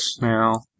now